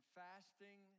fasting